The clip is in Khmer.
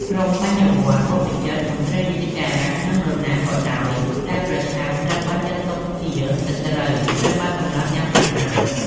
ក្រុមបញ្ញវន្ត បព្វជិត មន្ត្រីរាជការ និងនរណាក៏ដោយដែលប្រឆាំង ត្រូវបានចាត់ទុកជា «សត្រូវ» ត្រូវបានសម្លាប់យ៉ាងសាហាវ។